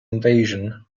invasion